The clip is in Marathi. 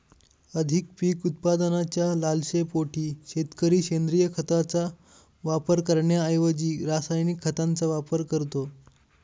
अधिक पीक उत्पादनाच्या लालसेपोटी शेतकरी सेंद्रिय खताचा वापर करण्याऐवजी रासायनिक खतांचा वापर करतो